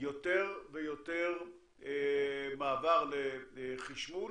יותר ויותר מעבר לחשמול